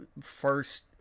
first